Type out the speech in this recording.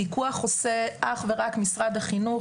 פיקוח עושה אך ורק משרד החינוך,